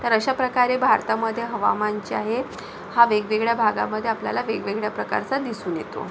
तर अशाप्रकारे भारतामधे हवामान जे आहे हा वेगवेगळ्या भागामधे आपल्याला वेगवेगळ्या प्रकारचा दिसून येतो